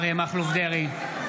אריה מכלוף דרעי,